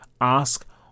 ask